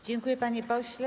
Dziękuję, panie pośle.